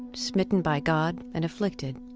smitten by god and afflicted.